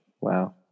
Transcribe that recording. wow